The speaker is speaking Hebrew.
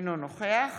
אינו נוכח